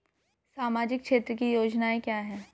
सामाजिक क्षेत्र की योजनाएं क्या हैं?